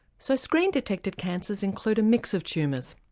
so screen detected cancers include a mix of tumours.